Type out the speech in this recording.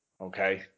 Okay